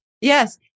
yes